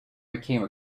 became